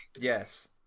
yes